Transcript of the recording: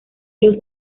los